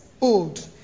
old